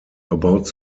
about